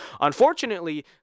Unfortunately